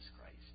Christ